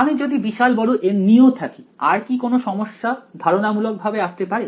আমি যদি বিশাল বড় N নিয়েও থাকি আর কি কোন সমস্যা ধারণামূলকভাবে আসতে পারে